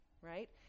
right